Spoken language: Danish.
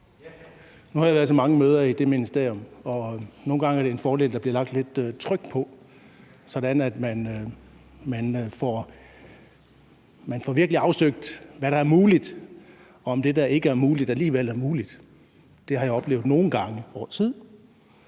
Nu har jeg været til mange møder i det ministerium, og nogle gange er det en fordel, at der bliver lagt lidt tryk på, sådan at man virkelig får afsøgt, hvad der er muligt, og om det, der ikke er muligt, alligevel er muligt. Det har jeg oplevet nogle gange over tid,